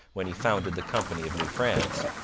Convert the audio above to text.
when he founded the company of new france.